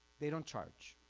they don't charge,